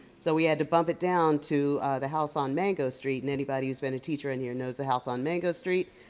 so we had to bump it down to the house on mango street and anybody who's been a teacher in here knows the house on mango street.